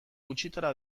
gutxitara